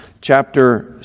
chapter